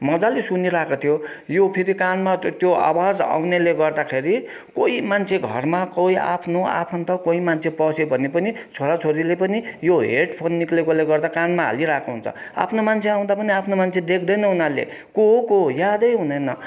मजाले सुनिरहेको थियो यो फेरि कानमा त्यो आवाज आउनाले गर्दाखेरि कोही मान्छे घरमा कोही आफ्नो आफन्त कोही मान्छे पस्यो भने पनि छोरा छोरीले पनि यो हेड फोन निस्केकाले गर्दा कानमा हालिरहेको हुन्छ आफ्नो मान्छे आउँदा पनि आफ्नो मान्छे देख्दैन उनीहरूले को हो को हो यादै हुँदैन